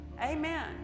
Amen